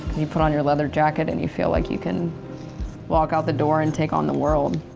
you put on your leather jacket and you feel like you can walk out the door and take on the world.